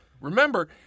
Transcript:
Remember